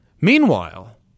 Meanwhile